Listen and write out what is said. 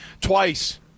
twice